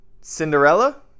cinderella